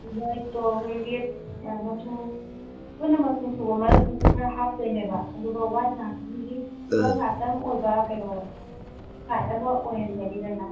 ꯋꯥꯏꯠꯇꯣ ꯍꯣꯏ ꯔꯦꯗ ꯃꯆꯨ ꯄꯨꯟꯅ ꯃꯆꯨ ꯁꯨꯕ ꯃꯔꯛꯇꯨꯗꯁꯨ ꯈꯔ ꯍꯥꯞꯇꯣꯏꯅꯦꯕ ꯑꯗꯨꯒ ꯋꯥꯏꯠ ꯉꯥꯛꯇꯗꯨꯗꯤ ꯋꯥꯏꯠ ꯉꯥꯛꯇꯪ ꯑꯣꯏꯕ ꯀꯩꯅꯣ ꯁꯥꯏꯠ ꯑꯃ ꯑꯣꯏꯍꯜꯂꯅꯤꯗꯅ